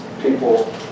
people